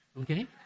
Okay